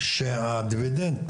שהדיבידנד ,